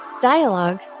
Dialogue